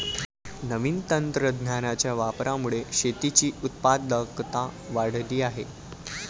नवीन तंत्रज्ञानाच्या वापरामुळे शेतीची उत्पादकता वाढली आहे